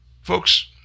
Folks